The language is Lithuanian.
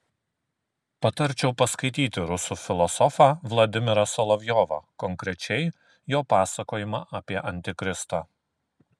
patarčiau paskaityti rusų filosofą vladimirą solovjovą konkrečiai jo pasakojimą apie antikristą